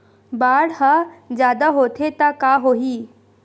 बाढ़ ह जादा होथे त का होही?